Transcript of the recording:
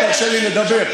רק תרשה לי לדבר.